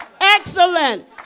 Excellent